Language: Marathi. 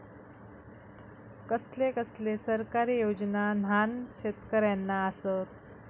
कसले कसले सरकारी योजना न्हान शेतकऱ्यांना आसत?